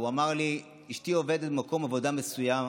הוא אמר לי: אשתי עובדת במקום עבודה מסוים.